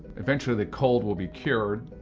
eventually, the cold will be cured.